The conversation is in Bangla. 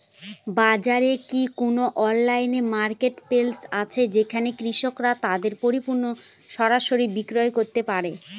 বাজারে কি কোন অনলাইন মার্কেটপ্লেস আছে যেখানে কৃষকরা তাদের পণ্য সরাসরি বিক্রি করতে পারে?